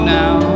now